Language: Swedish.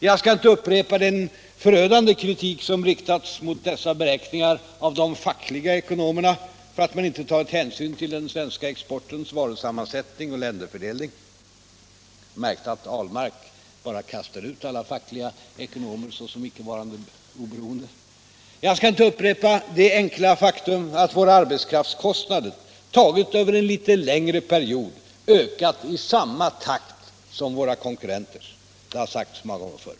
Jag skall inte upprepa den förödande kritik som riktats mot dessa beräkningar av de fackliga ekonomerna för att man inte tagit hänsyn till den svenska exportens varusammansättning och länderfördelning. Jag märkte att herr Ahlmark bara kastar ut alla fackliga ekonomer såsom varande icke oberoende. Det har sagts många gånger förut att våra arbetskraftskostnader, taget över en litet längre period, ökat i samma takt som våra konkurrenters.